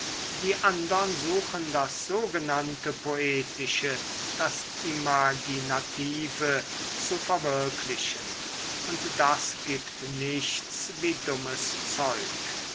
die andern suchen das sogenannte poetische das imaginative zu verwirklichen und das gibt nichts wie dummes zeug